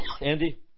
Andy